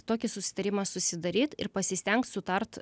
tokį susitarimą susidaryt ir pasistengt sutart